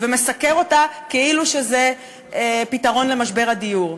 ומסקר אותה כאילו זה פתרון למשבר הדיור.